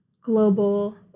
global